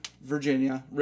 Virginia